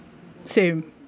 same